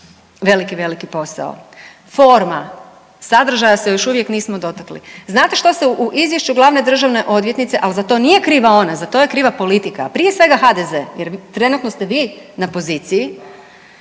veliki, veliki posao. Forma, sadržaja se još uvijek nismo dotakli. Znate što se u izvješću glavne državne odvjetnice, al za to nije kriva ona, za to je kriva politika, prije svega HDZ jer trenutno ste vi na poziciji,